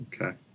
Okay